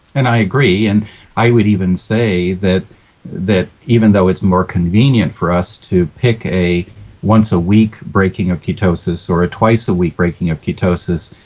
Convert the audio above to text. and i agree and i would say that that even though it's more convenient for us to pick a once a week breaking of ketosis or a twice a week breaking of ketosis,